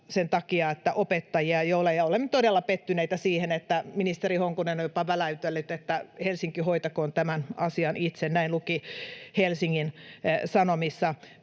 sen takia, että opettajia ei ole, ja olemme todella pettyneitä siihen, että ministeri Honkonen on jopa väläytellyt, että Helsinki hoitakoon tämän asian itse — näin luki Helsingin Sanomissa.